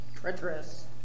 Treacherous